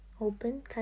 open